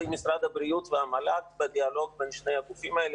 משרד הבריאות והמל"ג בדיאלוג בין שני הגופים האלה,